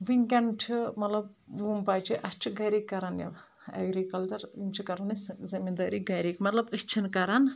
وٕنکؠن چھِ مطلب وُم بَچہِ اَسہِ چھِ گَرِکۍ کرَان یِم ایٚگرِکَلچَر یِم چھِ کَرَان أسۍ زٔمیٖندٲری گَرِکۍ مطلب أسۍ چھِنہٕ کرَان